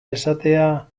esatea